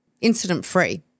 incident-free